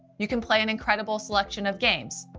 you can play an incredible selection of games,